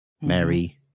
Mary